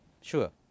sure